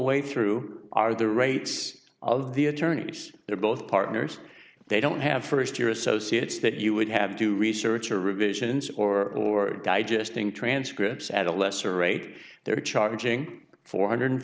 way through are the rates of the attorneys they're both partners they don't have first year associates that you would have to research or revisions or digesting transcripts at a lesser rate they're charging four hundred